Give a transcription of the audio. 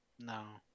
No